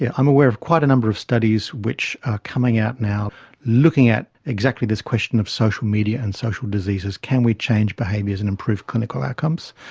yeah i'm aware of quite a number of studies which are coming out now looking at exactly this question of social media and social diseases, can we change behaviours and improve clinical outcomes.